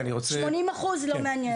נכון, 80% זה לא מעניין.